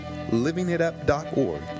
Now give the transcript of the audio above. LivingItUp.org